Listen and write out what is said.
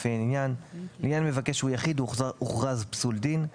לפי העניין: לעניין מבקש שהוא יחיד הוא הוכרז פסול דין;